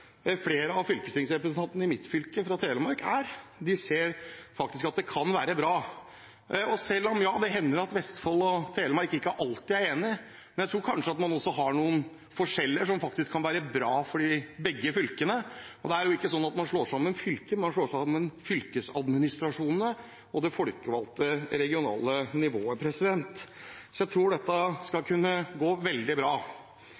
flere av fylkestingsrepresentantene i mitt fylke, Telemark, er. De ser faktisk at det kan være bra. Selv om det hender at Vestfold og Telemark ikke alltid er enige, tror jeg kanskje at man har noen forskjeller som kan være bra for begge fylkene. Det er ikke sånn at man slår sammen fylker, man slår sammen fylkesadministrasjonene og det folkevalgte regionale nivået. Jeg tror dette skal kunne gå veldig bra.